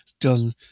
done